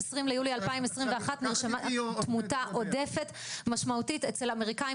2020 ליולי 2021 נרשמה תמותה עודפת משמעותית אצל אמריקאים